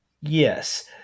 Yes